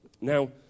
Now